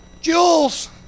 Jules